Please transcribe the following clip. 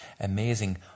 amazing